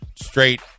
straight